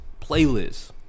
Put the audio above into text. playlist